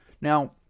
Now